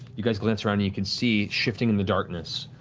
you guys glance around and you can see, shifting in the darkness,